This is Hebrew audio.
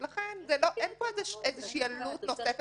כאשר --- זה לא ויה דולורוזה.